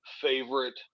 favorite